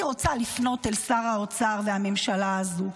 אני רוצה לפנות מפה אל שר האוצר והממשלה הזו.